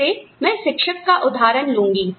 फिर से मैं शिक्षक का उदाहरण लूंगी